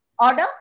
order